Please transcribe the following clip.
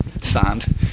sand